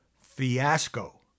fiasco